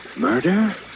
Murder